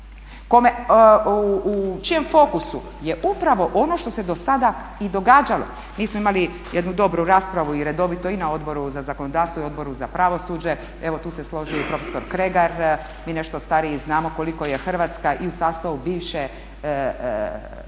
u čijem fokusu je upravo ono što se do sada i događalo. Mi smo imali jednu dobru raspravu i redovito i na Odboru za zakonodavstvo i Odboru za pravosuđe, evo tu se složio i profesor Kregar, mi nešto stariji znamo koliko je Hrvatska i u sastavu bivše države